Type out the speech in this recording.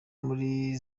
muri